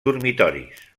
dormitoris